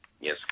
Yes